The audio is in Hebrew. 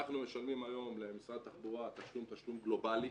אנחנו משלמים היום למשרד התחבורה תשלום גלובלי,